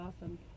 awesome